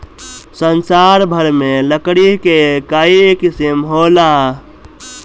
संसार भर में लकड़ी के कई किसिम होला